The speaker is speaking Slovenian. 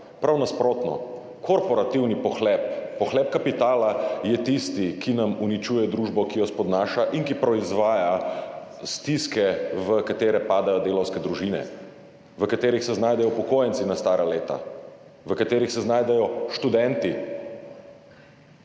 Prav nasprotno, korporativni pohlep, pohlep kapitala je tisti, ki nam uničuje družbo, ki jo spodnaša in ki proizvaja stiske, v katere padajo delavske družine, v katerih se znajdejo upokojenci na stara leta, v katerih se znajdejo študenti.